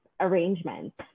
arrangements